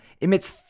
emits